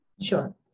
Sure